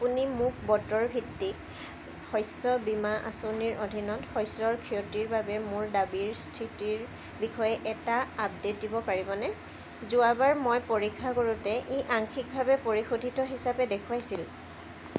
আপুনি মোক বতৰ ভিত্তিক শস্য বীমা আঁচনিৰ অধীনত শস্যৰ ক্ষতিৰ বাবে মোৰ দাবীৰ স্থিতিৰ বিষয়ে এটা আপডে'ট দিব পাৰিবনে যোৱাবাৰ মই পৰীক্ষা কৰোঁতে ই আংশিকভাৱে পৰিশোধিত হিচাপে দেখুৱাইছিল